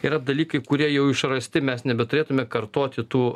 yra dalykai kurie jau išrasti mes nebeturėtume kartoti tų